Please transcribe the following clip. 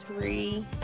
three